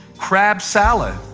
crab salad.